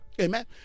amen